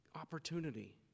Opportunity